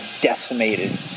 decimated